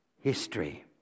history